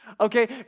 Okay